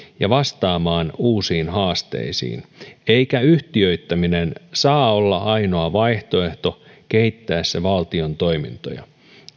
ja vastaamaan uusiin haasteisiin eikä yhtiöittäminen saa olla ainoa vaihtoehto kehitettäessä valtion toimintoja